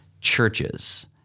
churches